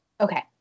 okay